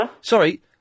Sorry